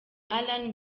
alain